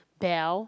Dell